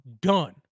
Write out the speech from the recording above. done